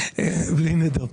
בלי נדר.